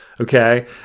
okay